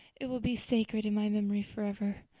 it will be sacred in my memory forever.